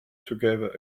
together